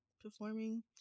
performing